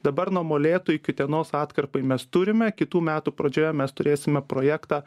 dabar nuo molėtų iki utenos atkarpai mes turime kitų metų pradžioje mes turėsime projektą